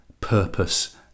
purpose